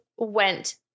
Went